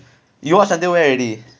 you watch until where already